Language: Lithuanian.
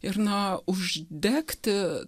ir na uždegti